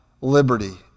liberty